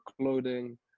clothing